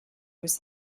was